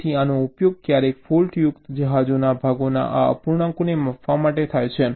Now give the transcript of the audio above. તેથી આનો ઉપયોગ ક્યારેક ફૉલ્ટયુક્ત જહાજોના ભાગોના આ અપૂર્ણાંકને માપવા માટે થાય છે